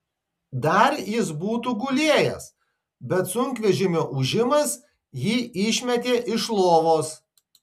dar jis būtų gulėjęs bet sunkvežimio ūžimas jį išmetė iš lovos